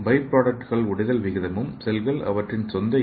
by ப்ராடக்ட்கள் உடைதல் விகிதமும் செல்கள் அவற்றின் சொந்த ஈ